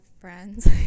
friends